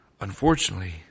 Unfortunately